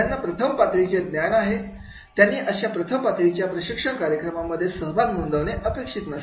ज्यांना प्रथम पातळीचे ज्ञान आहे त्यांनी अशा प्रथम पातळीच्या प्रशिक्षण कार्यक्रमांमध्ये सहभाग नोंदवणे अपेक्षित नसते